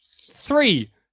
Three